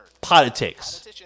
politics